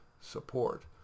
support